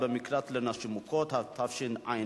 על כל פנים, הצעת החוק עברה.